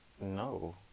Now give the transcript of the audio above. No